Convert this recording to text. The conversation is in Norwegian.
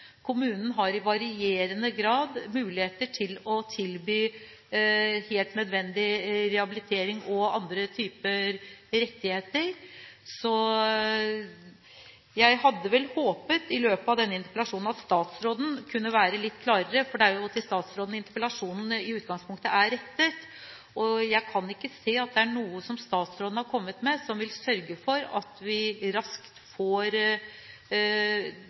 har i varierende grad mulighet til å tilby helt nødvendig rehabilitering og andre typer rettigheter, så jeg hadde håpet at statsråden i løpet av denne interpellasjonen kunne vært litt klarere, for det er jo til statsråden interpellasjonen i utgangspunktet er rettet. Jeg kan ikke se at det er noe statsråden har kommet med, som vil sørge for at vi raskt får